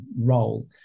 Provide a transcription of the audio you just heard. role